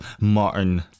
Martin